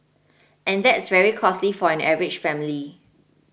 and that's very costly for an average family